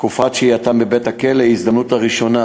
תקופת שהייתם בבית-הכלא היא ההזדמנות הראשונה